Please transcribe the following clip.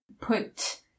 put